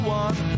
one